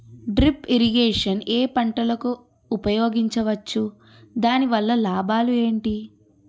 Drip irrigation ఏ పంటలకు ఉపయోగించవచ్చు? దాని వల్ల లాభాలు ఏంటి?